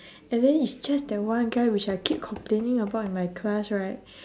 and then it's just that one guy which I keep complaining about in my class right